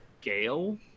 Gale